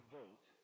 vote